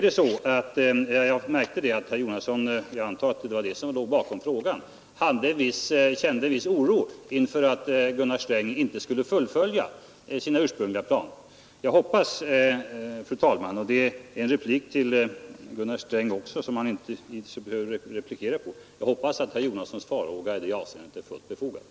Herr Jonasson känner tydligen en viss oro för att Gunnar Sträng inte skall fullfölja sina ursprungliga planer, det verkade som om detta var motivet till hans fråga Jag hoppas att herr Jonassons farhågor är fullt befogade.